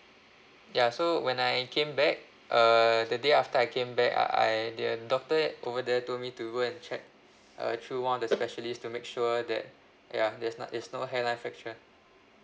ya so when I came back uh the day after I came back I I the doctor over there told me to go and check uh through one of the specialist to make sure that ya there's no it's not hairline fracture